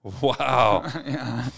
Wow